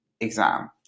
exam